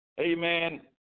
Amen